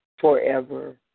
forever